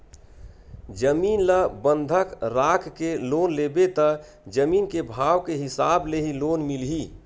जमीन ल बंधक राखके लोन लेबे त जमीन के भाव के हिसाब ले ही लोन मिलही